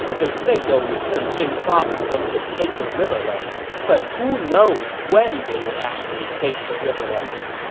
they say they'll return jing province once they take the riverlands. but who knows when they would actually take the riverlands?